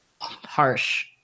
harsh